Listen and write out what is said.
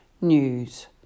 News